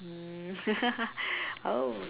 um oh